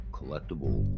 Collectible